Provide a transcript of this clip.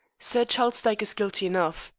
sir charles dyke is guilty enough.